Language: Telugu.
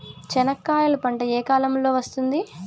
చెనక్కాయలు పంట ఏ కాలము లో వస్తుంది